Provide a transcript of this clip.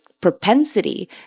propensity